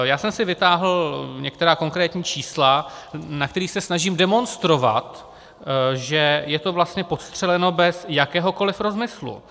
Já jsem si vytáhl některá konkrétní čísla, na kterých se snažím demonstrovat, že je to vlastně podstřeleno bez jakéhokoliv rozmyslu.